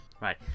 Right